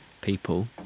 people